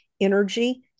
energy